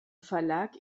verlag